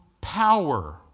power